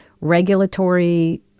regulatory